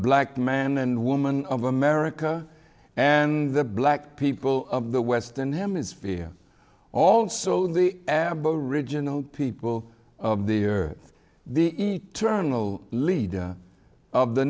black man and woman of america and the black people of the western hemisphere also the aboriginal people of the earth the eternal leader of the